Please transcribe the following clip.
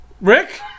Rick